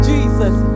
Jesus